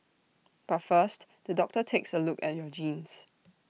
but first the doctor takes A look at your genes